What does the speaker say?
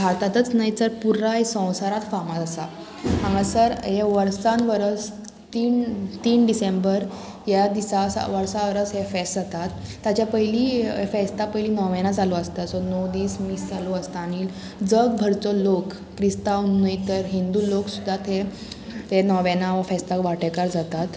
भारतांतच न्हय तर पुराय संवसारांत फामाद आसा हांगासर हें वर्सान वरस तीन तीन डिसेंबर ह्या दिसा वर्सां वरस हें फेस्त जातात ताच्या पयलीं फेस्तां पयलीं नोवेनां चालू आसता सो णव दीस मीस चालू आसता आनी जगभरचो लोक क्रिस्तांव न्हय तर हिंदू लोक सुद्दां थंय तें नोवेनां वो फेस्तांक वांटेकार जातात